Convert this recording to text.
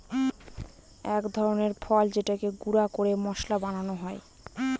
এক ধরনের ফল যেটাকে গুঁড়া করে মশলা বানানো হয়